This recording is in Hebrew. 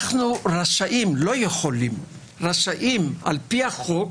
אנחנו רשאים, לא יכולים, לפי החוק,